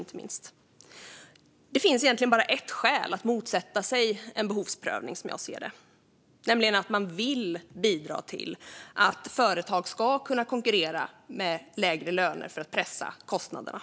Det finns som jag ser det egentligen bara ett skäl att motsätta sig en behovsprövning, nämligen att man vill bidra till att företag ska kunna konkurrera med lägre löner för att pressa kostnaderna.